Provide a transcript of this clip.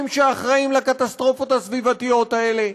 שאחראים לקטסטרופות הסביבתיות האלה.